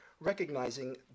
recognizing